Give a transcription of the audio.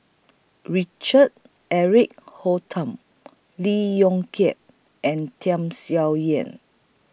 Richard Eric Holttum Lee Yong Kiat and Tham Sien Yen